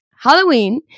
Halloween